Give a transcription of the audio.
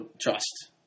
trust